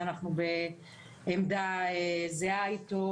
שאנחנו בעמדה זהה איתו,